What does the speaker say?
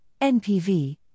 NPV